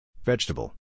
Vegetable